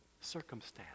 circumstance